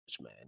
man